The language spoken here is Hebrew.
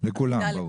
שווה לכולם.